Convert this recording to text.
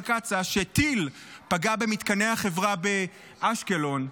קצא"א שטיל פגע במתקני החברה באשקלון.